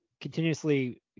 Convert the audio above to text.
continuously